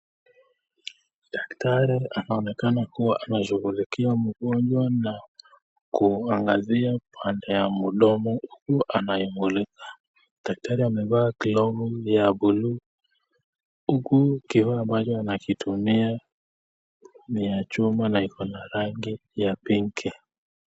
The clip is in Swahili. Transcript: Daktari anaonekana kuwa anadhughulikia mgonjwa na kuangazia pande ya mdomo anayomulika. Daktari amevaa glavu ya buluu huku kioo ambacho anakitumia ni ya chuma na ni ya rangi ya pinki.